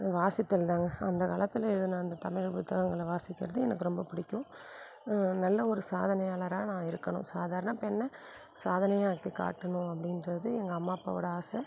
வாசித்தல் தாங்க அந்த காலத்தில் எழுதுன அந்த தமிழ் புத்தகங்களை வாசிக்கிறது எனக்கு ரொம்ப பிடிக்கும் நல்ல ஒரு சாதனையாளராக நான் இருக்கணும் சாதாரண பெண்ணை சாதனையாக ஆக்கி காட்டணும் அப்படின்றது எங்கள் அம்மா அப்பாவோட ஆசை